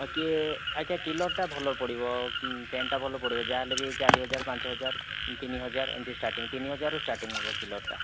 କିଏ ଆଜ୍ଞା କିଲରଟା ଭଲ ପଡ଼ିବ ପ୍ୟାଣ୍ଟଟା ଭଲ ପଡ଼ିବ ଯାହେଲେ ବି ଚାରି ହଜାର ପାଞ୍ଚ ହଜାର ତିନି ହଜାର ଏମିତି ଷ୍ଟାର୍ଟଙ୍ଗ ତିନି ହଜାରରୁ ଷ୍ଟାର୍ଟଙ୍ଗ ହେବ କିଲରଟା